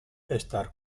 estar